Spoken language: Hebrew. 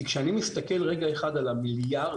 כי כשאני מסתכל רגע אחד על עשרות